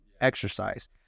exercise